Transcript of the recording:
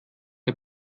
der